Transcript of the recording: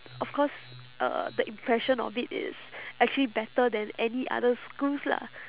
of course uh the impression of it is actually better than any other schools lah